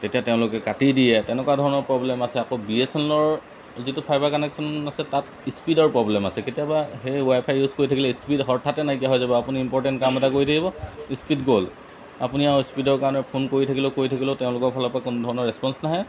তেতিয়া তেওঁলোকে কাটি দিয়ে তেনেকুৱা ধৰণৰ প্ৰব্লেম আছে আকৌ বি এছ এন এলৰ যিটো ফাইভাৰ কানেকশ্যন আছে তাত স্পীডৰ প্ৰব্লেম আছে কেতিয়াবা সেই ৱাইফাই ইউজ কৰি থাকিলে স্পীড হঠাতে নাইকিয়া হৈ যাব আপুনি ইম্পৰ্টেণ্ট কাম এটা কৰি থাকিব স্পীড গ'ল আপুনি আৰু স্পীডৰ কাৰণে ফোন কৰি থাকিলেও কৰি থাকিলেও তেওঁলোকৰ ফালৰপৰা কোনো ধৰণৰ ৰেচপন্স নাহে